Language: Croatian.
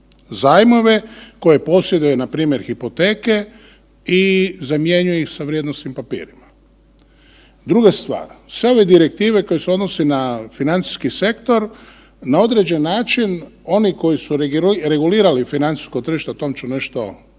zajmove koje posjeduje npr. hipoteke i zamjenjuju ih sa vrijednosnim papirima. Druga stvar, sve ove direktive koje se odnose na financijski sektor na određen način oni koji su regulirali financijsko tržište, o tom ću nešto kasnije